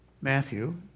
Matthew